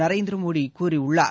நரேந்திர மோடி கூறியுள்ளார்